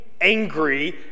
angry